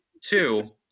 Two